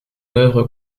œuvre